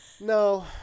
No